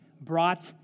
brought